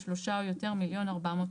שלושה או יותר - 1,440,000.